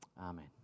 Amen